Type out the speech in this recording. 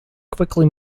quickly